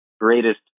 greatest